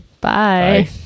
Bye